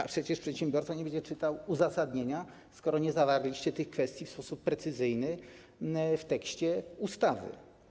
A przecież przedsiębiorca nie będzie czytał uzasadnienia, skoro nie zawarliście tych kwestii w sposób precyzyjny w tekście ustawy.